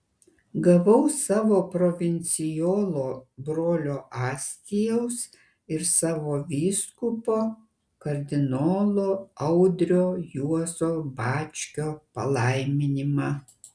gavau savo provincijolo brolio astijaus ir savo vyskupo kardinolo audrio juozo bačkio palaiminimą